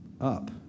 up